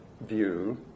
view